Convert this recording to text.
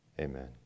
Amen